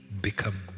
become